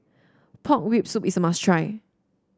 Pork Rib Soup is a must try